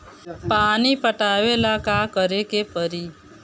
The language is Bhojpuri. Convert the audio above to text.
पानी पटावेला का करे के परी?